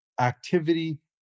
activity